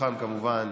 ומתוכם כמובן